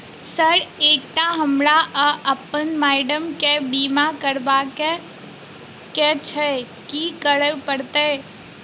Sir एकटा हमरा आ अप्पन माइडम केँ बीमा करबाक केँ छैय की करऽ परतै?